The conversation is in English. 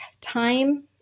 time